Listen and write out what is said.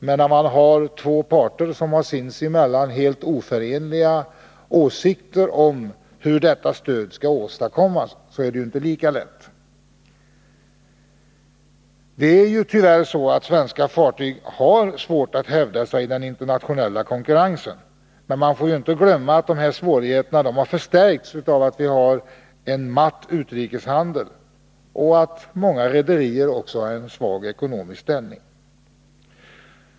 Men när man har två parter, som har sinsemellan helt oförenliga åsikter om hur detta stöd skall åstadkommas, är det inte lika lätt. Tyvärr har svenska fartyg svårt att hävda sig i den internationella konkurrensen. Men man får inte glömma att dessa svårigheter har förstärkts genom att vi har en matt utrikeshandel och genom att många rederier har en svag ekonomisk ställning.